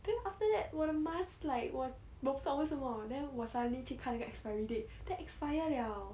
then after that 我的 mask like 我我不懂为什么 then 我 suddenly 去看那个 expiry date then expire liao